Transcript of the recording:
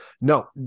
No